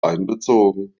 einbezogen